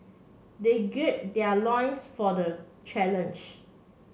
they gird their loins for the challenge